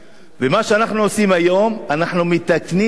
מה שאנחנו עושים היום, אנחנו מתקנים עיוות.